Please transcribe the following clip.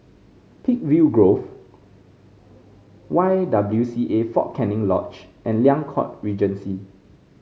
Peakville Grove Y W C A Fort Canning Lodge and Liang Court Regency